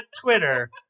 Twitter